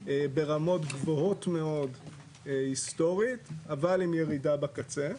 ברמות גבוהות מאוד היסטורית, אבל עם ירידה בקצה.